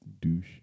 Douche